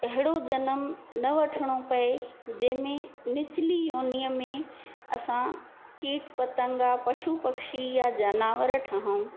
अहिड़ो जनमु न वठिणो पए जंहिंमे निचली योनिअ में असां कीट पतंगा पशु पक्षी या जनावर ठहूं